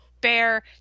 bear